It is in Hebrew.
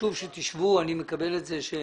חשוב שתשבו ותגמרו את